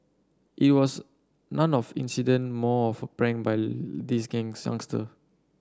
it was nun off incident more of prank by this youngster